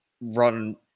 run